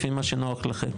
לפי מה שנוח לכם.